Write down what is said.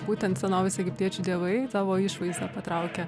būtent senovės egiptiečių dievai savo išvaizda patraukia